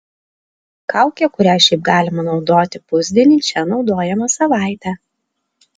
kaukė kurią šiaip galima naudoti pusdienį čia naudojama savaitę